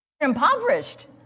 impoverished